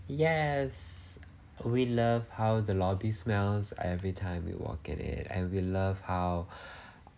yes we love how the lobby smells every time we walk in it and we love how